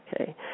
okay